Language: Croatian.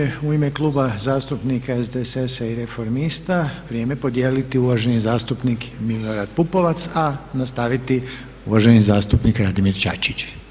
Sada će u ime Kluba zastupnika SDSS-a i Reformista vrijeme podijeliti uvaženi zastupnik Milorad Pupovac, a nastaviti uvaženi zastupnik Radimir Čačić.